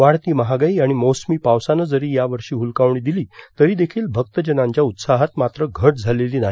वाढती महागाई आणि मोसमी पावसानं जरी या वर्षी द्वलकावणी दिली तरी देखील भक्तजनांच्या उत्साहात मात्र घट झालेली नाही